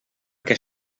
què